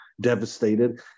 devastated